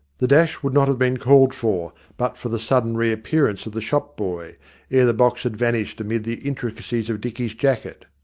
the dash would not have been called for but for the sudden re-appearance of the shop-boy ere the box had vanished amid the intricacies of dicky's jacket.